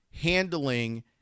handling